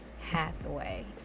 Hathaway